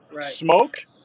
smoke